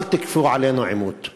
אל תכפו עלינו עימות.